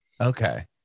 Okay